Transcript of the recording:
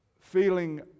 feeling